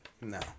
No